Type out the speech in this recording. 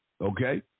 okay